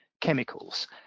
chemicals